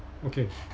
okay